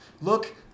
Look